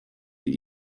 die